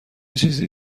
چیزی